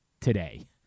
today